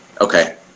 Okay